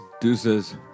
Deuces